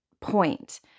point